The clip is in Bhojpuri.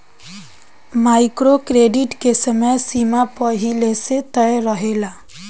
माइक्रो क्रेडिट के समय सीमा पहिले से तय रहेला